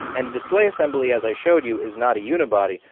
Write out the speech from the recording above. and the display assembly as i showed you is not a unibody.